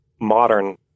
modern